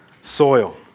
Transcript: Soil